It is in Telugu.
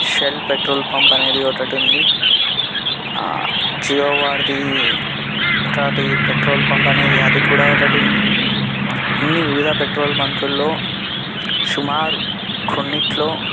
షెల్ పెట్రోల్ పంప్ అనేది ఒకటి ఉంది జియో వాడిది ఒకటి పెట్రోల్ పంప్ అనేది అది కూడా ఒకటి ఉంది ఇన్ని వివిధ పెట్రోల్ బంకుల్లో సుమారు కొన్నింటిలో